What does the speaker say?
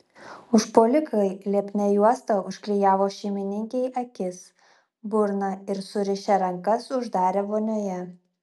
užpuolikai lipnia juosta užklijavo šeimininkei akis burną ir surišę rankas uždarė vonioje